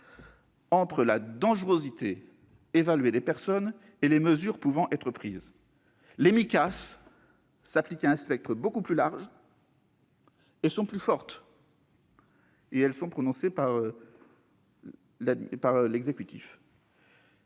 entre la dangerosité évaluée des personnes et les mesures pouvant être prises. Les Micas s'appliquent à un spectre beaucoup plus large et sont plus fortes ; qui plus est, elles sont prononcées par l'exécutif.